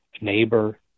neighbor